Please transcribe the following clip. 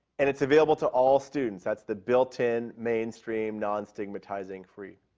and it's available to all students. that's the built in, mainstream, non-stigmatizing, free.